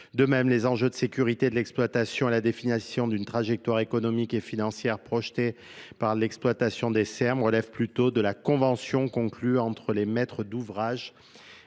de même les enjeux de sécurité de l'exploitation et la définition d'une trajectoire économique et financière projetée par l'exploitation des Serbes relèvent plutôt de la convention conclue entre les maîtres d'ouvrage